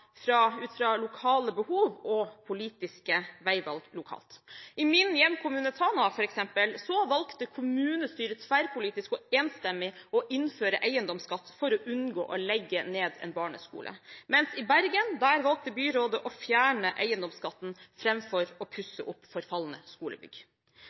ut fra lokale behov og politiske veivalg lokalt. I min hjemkommune, Tana, valgte kommunestyret tverrpolitisk og enstemmig å innføre eiendomsskatt for å unngå å legge ned en barneskole, mens i Bergen valgte byrådet å fjerne eiendomsskatten framfor å